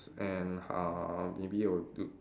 and uh maybe will do